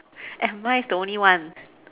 and mine is the only one